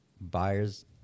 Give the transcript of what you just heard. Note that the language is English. Buyers